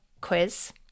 quiz